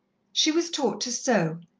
she was taught to sew,